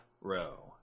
row